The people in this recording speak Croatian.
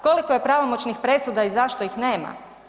Koliko je pravomoćnih presuda i zašto ih nema?